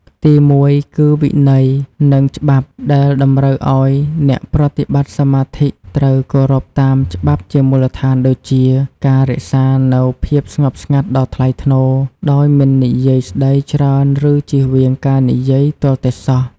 ទីមួយគឺ វិន័យ និងច្បាប់ ដែលតម្រូវឱ្យអ្នកប្រតិបត្តិសមាធិត្រូវតែគោរពតាមច្បាប់ជាមូលដ្ឋានដូចជា ការរក្សានូវ ភាពស្ងប់ស្ងាត់ដ៏ថ្លៃថ្នូរ ដោយមិននិយាយស្តីច្រើនឬជៀសវាងការនិយាយទាល់តែសោះ។